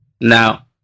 Now